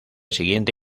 siguiente